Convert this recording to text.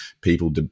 People